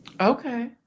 Okay